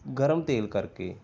ਗਰਮ ਤੇਲ ਕਰਕੇ